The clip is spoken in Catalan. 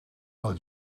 pel